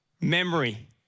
memory